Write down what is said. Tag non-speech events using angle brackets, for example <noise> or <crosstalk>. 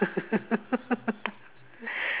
<laughs>